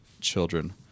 children